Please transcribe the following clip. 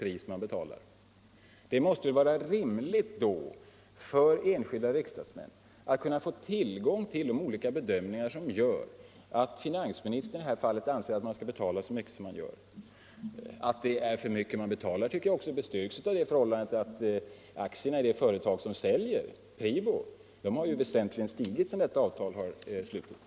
Då vid statligt företagsmåste det vara rimligt att enskilda riksdagsmän kan få tillgång till de — förvärv olika bedömningar som gör att finansministern anser att ett så högt pris skall betalas som i det här fallet. Att för mycket betalas antyds också av det förhållandet att aktierna i det företag som säljer — PRIBO — väsentligen har stigit sedan detta avtal slutits.